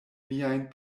miajn